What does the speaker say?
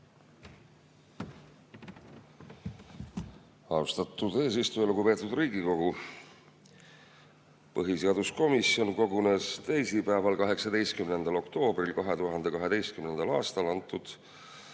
Austatud eesistuja! Lugupeetud Riigikogu! Põhiseaduskomisjon kogunes teisipäeval, 18. oktoobril 20[2]2. aastal seda